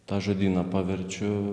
tą žodyną paverčiu